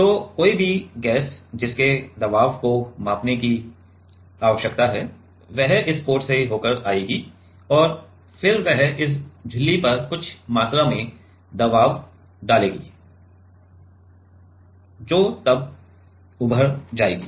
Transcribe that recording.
तो कोई भी गैस जिसके दबाव को मापने की आवश्यकता है वह इस पोर्ट से होकर आएगी और फिर वह इस झिल्ली पर कुछ मात्रा में दबाव डालेगी जो तब उभर जाएगी